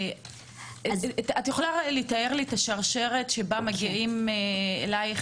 את יכולה לתאר לי את השרשרת שבה מגיעות אלייך